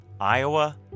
Iowa